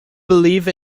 believe